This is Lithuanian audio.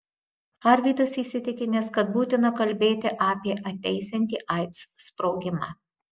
arvydas įsitikinęs kad būtina kalbėti apie ateisiantį aids sprogimą